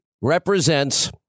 represents